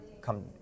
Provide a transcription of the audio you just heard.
come